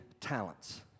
talents